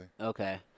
Okay